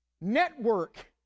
network